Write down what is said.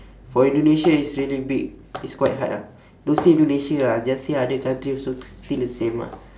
for indonesia it's really big it's quite hard ah don't say indonesia ah just say other countries also still the same ah